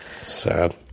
Sad